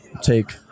take